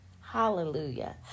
Hallelujah